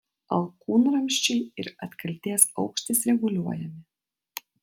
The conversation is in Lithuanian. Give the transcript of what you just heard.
alkūnramsčiai ir atkaltės aukštis reguliuojami